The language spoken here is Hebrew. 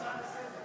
זו הצעה לסדר.